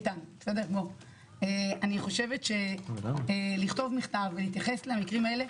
אני חושבת שלכתוב מכתב ולהתייחס למקרים האלה,